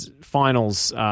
finals